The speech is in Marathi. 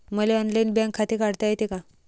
मले ऑनलाईन बँक खाते काढता येते का?